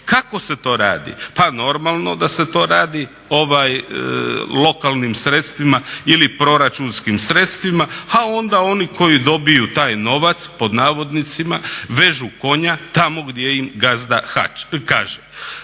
Kako se to radi? Pa normalno da se to radi lokalnim sredstvima ili proračunskim sredstvima a onda oni koji dobiju taj novac "vežu konja tamo gdje im gazda kaže."